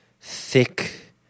thick